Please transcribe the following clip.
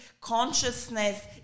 consciousness